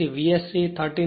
તેથી VSC 13